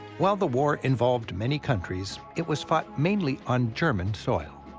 while the war involved many countries, it was fought mainly on german soil.